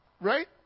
right